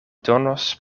donos